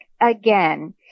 again